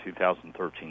2013